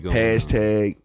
hashtag